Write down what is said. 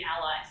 allies